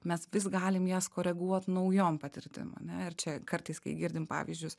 mes vis galim jas koreguot naujom patirtim ane ir čia kartais kai girdim pavyzdžius